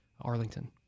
Arlington